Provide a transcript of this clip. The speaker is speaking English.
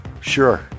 sure